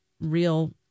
real